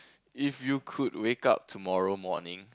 if you could wake up tomorrow morning